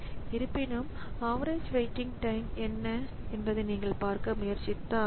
இருப்பினும் average waiting time என்ன என்பதை நீங்கள் பார்க்க முயற்சித்தால்